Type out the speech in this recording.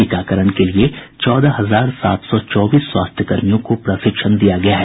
टीकाकरण के लिए चौदह हजार सात सौ चौबीस स्वास्थ्यकर्मियों को प्रशिक्षण दिया गया है